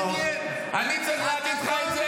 כלומניק, על הילדים שלי אתה לא תדבר.